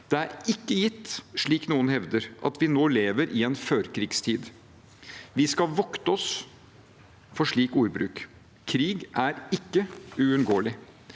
Det er ikke gitt – slik noen hevder – at vi nå lever i en førkrigstid. Vi skal vokte oss for slik ordbruk. Krig er ikke uunngåelig.